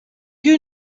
you